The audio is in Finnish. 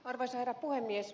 arvoisa herra puhemies